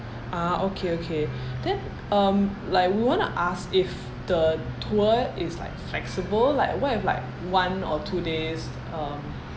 ah okay okay then um like we want to ask if the tour is like flexible like what if like one or two days um